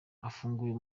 afunguye